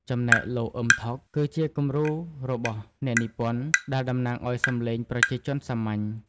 ចំណែកលោក អ៊ឹម ថុក គឺជាគំរូរបស់អ្នកនិពន្ធដែលតំណាងឲ្យសំឡេងប្រជាជនសាមញ្ញ។